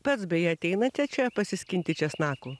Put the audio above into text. pats beje ateinate čia pasiskinti česnakų